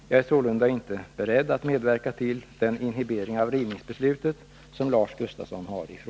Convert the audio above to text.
Jag är sålunda inte beredd att medverka till den inhibering av rivningsbeslutet som Lars Gustafsson önskar.